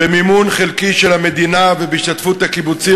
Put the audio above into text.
במימון חלקי של המדינה ובהשתתפות הקיבוצים,